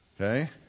Okay